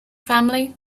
family